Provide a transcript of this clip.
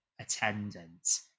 attendance